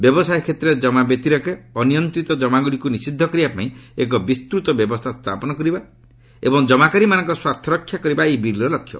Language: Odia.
ବ୍ୟବସାୟ କ୍ଷେତ୍ରରେ ଜମା ବ୍ୟତିରେକ ଅନିୟନ୍ତିତ କମାଗୁଡ଼ିକୁ ନିଷିଦ୍ଧ କରିବା ପାଇଁ ଏକ ବିସ୍ତୃତ ବ୍ୟବସ୍ଥା ସ୍ଥାପନ କରିବା ଏବଂ ଜମାକାରୀମାନଙ୍କ ସ୍ୱାର୍ଥରକ୍ଷା କରିବା ଏହି ବିଲ୍ର ଲକ୍ଷ୍ୟ